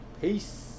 Peace